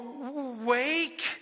wake